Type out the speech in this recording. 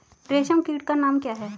रेशम कीट का नाम क्या है?